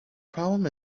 problem